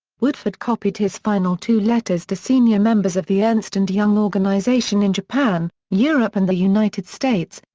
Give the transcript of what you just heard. woodford copied his final two letters to senior members of the ernst and young organisation in japan, europe and the united states,